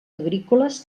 agrícoles